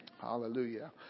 Hallelujah